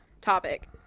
topic